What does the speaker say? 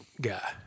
guy